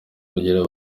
bagira